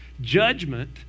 Judgment